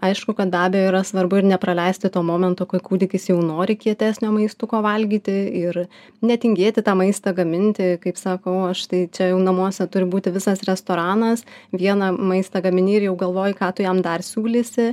aišku kad be abejo yra svarbu ir nepraleisti to momento kai kūdikis jau nori kietesnio maistuko valgyti ir netingėti tą maistą gaminti kaip sakau aš tai čia jau namuose turi būti visas restoranas vieną maistą gamini ir jau galvoji ką tu jam dar siūlysi